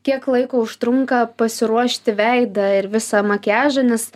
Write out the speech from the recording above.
kiek laiko užtrunka pasiruošti veidą ir visą makiažą nes